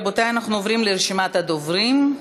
רבותי, אנחנו עוברים לרשימת הדוברים.